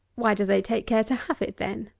why do they take care to have it then?